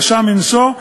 קשה מנשוא,